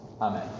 Amen